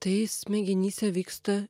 tai smegenyse vyksta